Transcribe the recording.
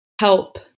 help